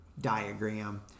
diagram